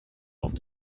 auf